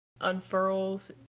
unfurls